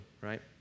right